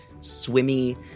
swimmy